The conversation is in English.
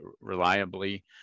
reliably